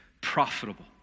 profitable